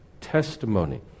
Testimony